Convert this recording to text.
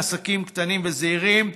מעסקים קטנים וזעירים,